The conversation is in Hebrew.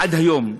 עד היום,